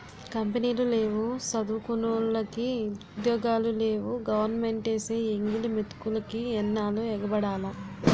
కంపినీలు లేవు సదువుకున్నోలికి ఉద్యోగాలు లేవు గవరమెంటేసే ఎంగిలి మెతుకులికి ఎన్నాల్లు ఎగబడాల